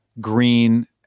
green